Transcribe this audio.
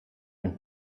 and